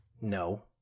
No